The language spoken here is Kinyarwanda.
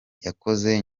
yakoze